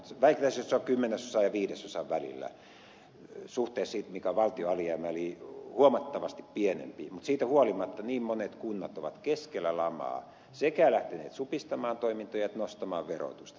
väittäisin että se on kymmenesosan ja viidesosan välillä suhteessa siihen mikä on valtion alijäämä eli huomattavasti pienempi mutta siitä huolimatta niin monet kunnat ovat keskellä lamaa sekä lähteneet supistamaan toimintojaan että nostamaan verotusta